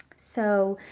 so,